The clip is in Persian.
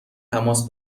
تماس